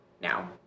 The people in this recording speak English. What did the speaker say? now